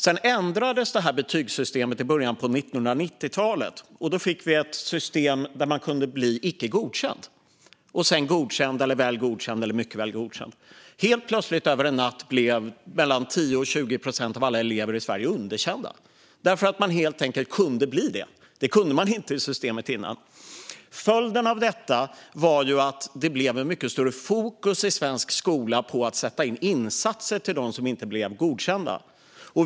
I början på 1990-talet ändrades betygssystemet till ett system där man kunde bli icke godkänd, godkänd, väl godkänd eller mycket väl godkänd. Helt plötsligt, över en natt, blev mellan 10 och 20 procent av alla elever i Sverige underkända, helt enkelt eftersom man kunde bli det. Det kunde man inte i det tidigare systemet. Följden av detta var att det blev ett mycket större fokus i svensk skola på att sätta in insatser till dem som inte blev godkända.